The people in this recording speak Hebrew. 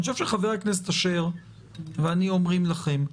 אני חושב שחבר הכנסת אשר ואני אומרים לכם,